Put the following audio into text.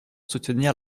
soutenir